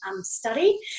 study